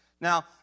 Now